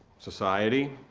society,